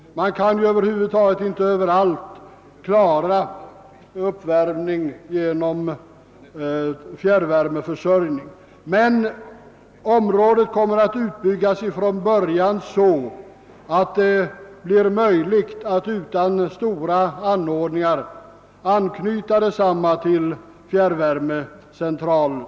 Man kan över hu vud taget inte överallt klara en uppvärmning genom fjärrvärmeförsörjning. Området kommer emellertid från början att byggas så att det blir möjligt att utan större anordningar anknyta detsamma till fjärrvärmecentraler.